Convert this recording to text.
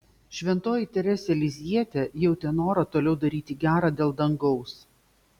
šventoji teresė lizjietė jautė norą toliau daryti gera dėl dangaus